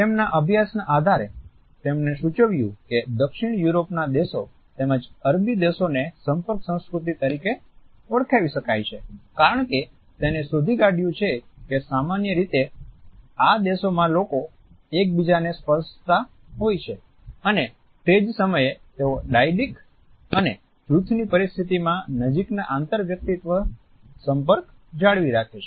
તેમના અભ્યાસના આધારે તેમણે સૂચવ્યું કે દક્ષિણ યુરોપના દેશો તેમજ અરબી દેશોને સંપર્ક સંસ્કૃતિ તરીકે ઓળખાવી શકાય છે કારણ કે તેને શોધી કાઢ્યું છે કે સામાન્ય રીતે આ દેશોમાં લોકો એકબીજાને સ્પર્શતા હોય છે અને તે જ સમયે તેઓ ડાયડીક અને જૂથની પરિસ્થિતિમાં નજીકના આંતરવ્યક્તિત્વ સંપર્ક જાળવી રાખે છે